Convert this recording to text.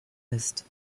ist